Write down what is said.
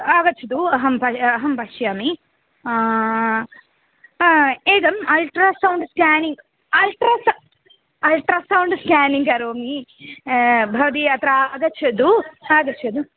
आगच्छतु अहं प अहं पश्यामि एकम् अल्ट्रासौण्ड् स्कानिङ्ग् अल्ट्रास अल्ट्रासौण्ड् स्कानिङ्ग् करोमि भवती अत्र आगच्छतु आगच्छतु